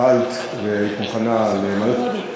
שהואלת והיית מוכנה, לכבוד הוא.